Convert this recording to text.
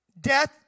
Death